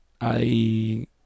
I-